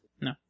No